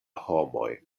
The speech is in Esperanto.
homoj